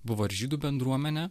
buvo ir žydų bendruomenė